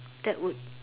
that would